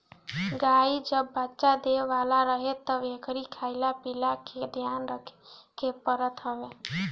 गाई जब बच्चा देवे वाला रहे तब एकरी खाईला पियला के ध्यान रखे के पड़त हवे